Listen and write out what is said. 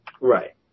Right